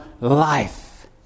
life